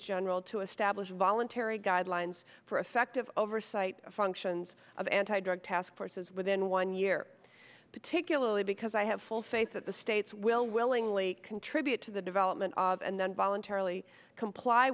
general to establish voluntary guidelines for effective oversight functions of anti drug task forces within one year particularly because i have full faith that the states will willingly contribute to the development of and then voluntarily comply